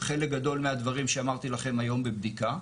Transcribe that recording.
חלק גדול מהדברים שאמרתי לכם היום בבדיקה.